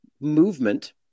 movement